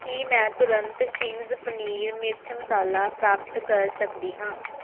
ਕੀ ਮੈਂ ਤੁਰੰਤ ਚਿੰਗਜ਼ ਪਨੀਰ ਮਿਰਚ ਮਸਾਲਾ ਪ੍ਰਾਪਤ ਕਰ ਸਕਦੀ ਹਾਂ